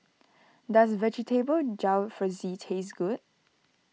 does Vegetable Jalfrezi taste good